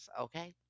okay